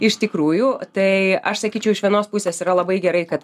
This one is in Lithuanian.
iš tikrųjų tai aš sakyčiau iš vienos pusės yra labai gerai kad